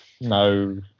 No